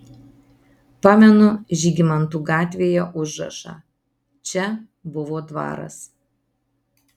pamenu žygimantų gatvėje užrašą čia buvo dvaras